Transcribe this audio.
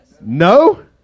No